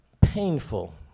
painful